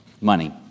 money